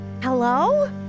Hello